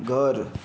घर